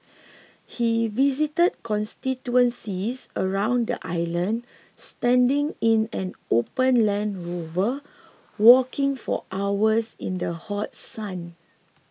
he visited constituencies around the island standing in an open Land Rover walking for hours in the hot sun